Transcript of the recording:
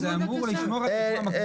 --- זה אמור לשמור על --- הבנו.